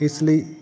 ਇਸ ਲਈ